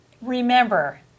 Remember